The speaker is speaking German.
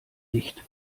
nicht